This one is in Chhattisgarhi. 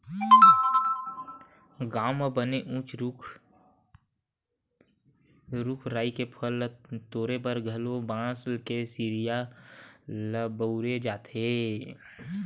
गाँव म बने उच्च रूख राई के फर ल तोरे बर घलोक बांस के सिड़िया ल बउरे जाथे